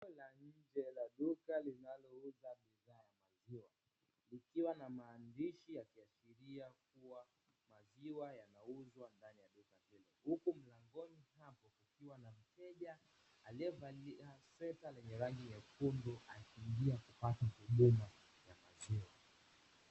Duka linalouza bidhaa hizo likiwa na maandishi yanayoashiria kuuzwa kwa bidhaa hiyo huku kuiwa na mteja akipata bidhaahiyo."